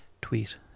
tweet